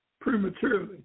prematurely